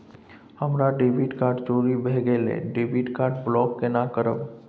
हमर debit card चोरी भगेलै डेबिट कार्ड ब्लॉक केना करब?